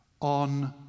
on